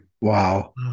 Wow